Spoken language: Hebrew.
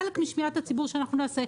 חלק משמיעת הציבור שאנחנו נעשה,